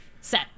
set